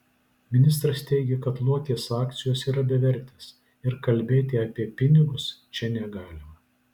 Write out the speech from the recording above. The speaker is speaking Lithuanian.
ministras teigė kad luokės akcijos yra bevertės ir kalbėti apie pinigus čia negalima